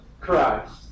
Christ